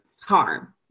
harm